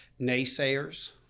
naysayers